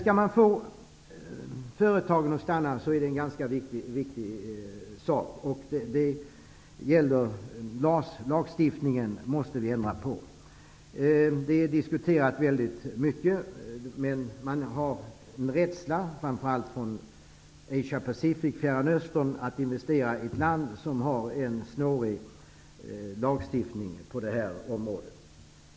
Om vi skall få företagen att stanna kvar är det viktigt att vi ändrar på lagstiftningen. Det diskuteras mycket, men det finns en rädsla framför allt i Fjärran Östern för att investera i ett land som har en snårig lagstiftning på detta område.